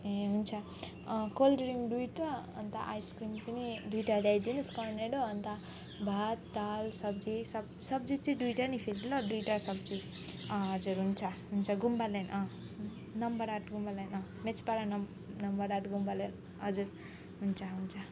ए हुन्छ cold drink दुईवटा अन्त आइसक्रिम पनि दुईवटा ल्याइदिनु होस् कोर्नेटो अन्त भात दाल सब्जी सब सब्जी चाहिँ दुईवटा नि फेरि ल दुईवटा सब्जी अँ हजुर हुन्छ हुन्छ गुम्बा लाइन अँ नम्बर आठ गुम्बा लाइन अँ मेचपाडा नम् नम्बर आठ गुम्बा लाइन हजुर हुन्छ हुन्छ